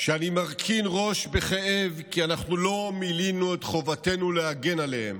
שאני מרכין ראש בכאב כי אנחנו לא מילאנו את חובתנו להגן עליהם,